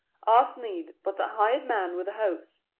ours needs but the hired man with the hose,